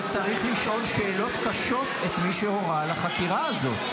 וצריך לשאול שאלות קשות את מי שהורה על החקירה הזאת.